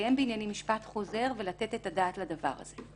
לקיים בענייני משפט חוזר ולתת את הדעת לדבר הזה.